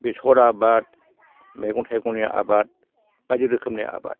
बेसर आबाद मैगं थायगंनि आबाद बायदि रोखोमनि आबाद